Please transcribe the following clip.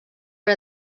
per